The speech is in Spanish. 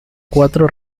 cuatro